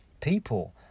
people